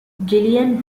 gillian